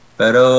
pero